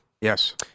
Yes